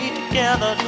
together